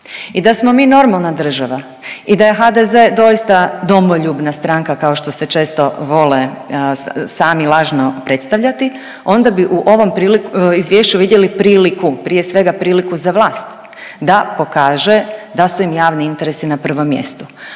I da smo mi normalna država i da je HDZ doista domoljubna stranka, kao što se često vole sami lažno predstavljati, onda bi u ovom izvješću vidjeli priliku, prije svega, priliku za vlast, da pokaže da su im javni interesi na prvom mjestu